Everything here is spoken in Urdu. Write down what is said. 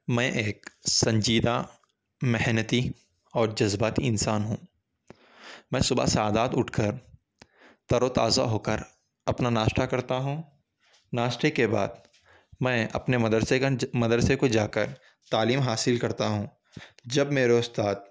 میں ایک سنجیدہ محنتی اور جذباتی انسان ہوں میں صُبح سادات اٹھ کر تر و تازہ ہو کر اپنا ناشتہ کرتا ہوں ناشتے کے بعد میں اپنے مدرسے گنج مدرسے کو جا کر تعلیم حاصل کرتا ہوں جب میرے اُستاد